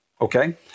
Okay